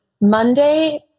Monday